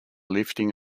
lifting